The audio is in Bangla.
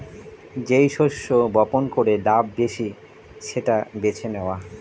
যেই শস্য বপন করে লাভ বেশি সেটা বেছে নেওয়া